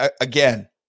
again